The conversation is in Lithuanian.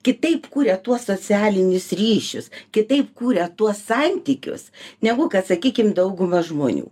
kitaip kuria tuos socialinius ryšius kitaip kuria tuos santykius negu kad sakykim dauguma žmonių